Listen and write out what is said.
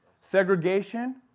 Segregation